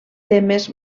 temes